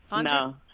No